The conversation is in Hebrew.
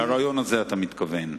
לרעיון הזה אתה מתכוון.